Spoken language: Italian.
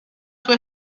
sua